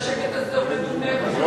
והשקט הזה הוא מדומה?